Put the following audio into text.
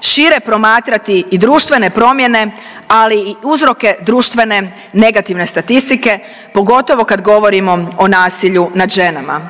šire promatrati i društvene promjene, ali i uzroke društvene negativne statistike, pogotovo kad govorimo o nasilju nad ženama.